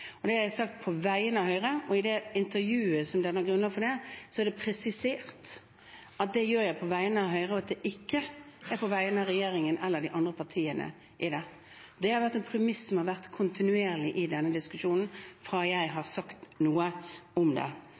Det har jeg sagt på vegne av Høyre, og i intervjuet som danner grunnlag for det, er det presisert at det gjør jeg på vegne av Høyre og ikke på vegne av regjeringen eller de andre partiene i den. Det har vært et kontinuerlig premiss i denne diskusjonen når jeg har sagt noe om det.